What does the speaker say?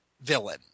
villain